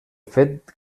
fet